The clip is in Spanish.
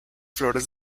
flores